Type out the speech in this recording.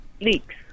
leaks